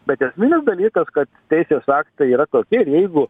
bet esminis dalykas kad teisės aktai yra tokie ir jeigu